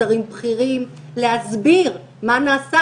שרים בכירים להסביר מה נעשה,